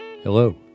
Hello